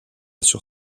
sur